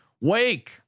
Wake